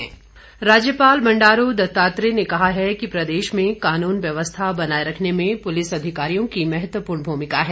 नवनियक्त अधिकारी राज्यपाल बंडारू दत्तात्रेय ने कहा है कि प्रदेश में कानून व्यवस्था को बनाए रखने में पुलिस अधिकारियों की महत्वपूर्ण भूमिका है